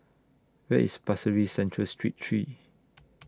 Where IS Pasir Ris Central Street three